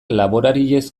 laborariez